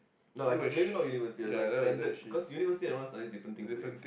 no like maybe not university like standard cause university everyone studies different things already